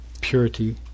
purity